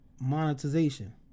monetization